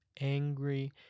angry